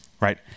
Right